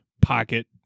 pocket